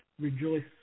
rejoice